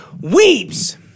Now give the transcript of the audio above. Weeps